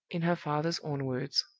in her father's own words.